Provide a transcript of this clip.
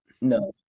No